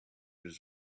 was